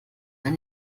mehr